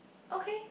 okay